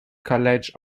college